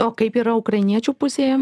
o kaip yra ukrainiečių pusėje